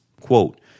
Quote